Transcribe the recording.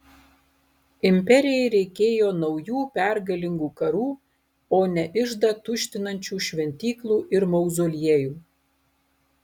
imperijai reikėjo naujų pergalingų karų o ne iždą tuštinančių šventyklų ir mauzoliejų